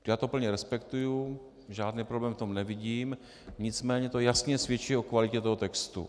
Já to plně respektuji, žádný problém v tom nevidím, nicméně to jasně svědčí o kvalitě toho textu.